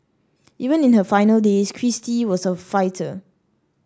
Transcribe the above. even in her final days Kristie was a fighter